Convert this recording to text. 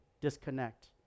disconnect